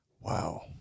Wow